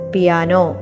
Piano